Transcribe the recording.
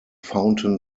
fountain